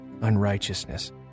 unrighteousness